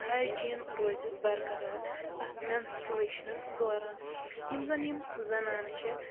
تہٕ ہایجیٖن روزِ برقرار اَتھ مٮ۪نسٹرویشنَس دوران یِم زَن یِم زَنانہٕ چھِ